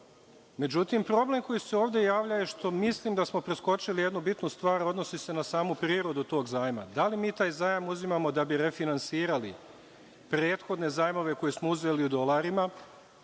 Međutim, problem koji se ovde javlja je što mislim da smo preskočili jednu bitnu stvar, a odnosi se na samu prirodu tog zajma. Da li mi taj zajam uzimamo da bi refinansirali prethodne zajmove koje smo uzeli u dolarima?